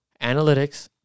Analytics